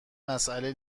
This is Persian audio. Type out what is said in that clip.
مسئله